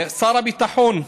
שר הביטחון,